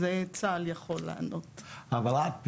כמה כסף?